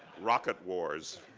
rocket wars.